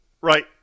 Right